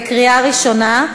קריאה ראשונה.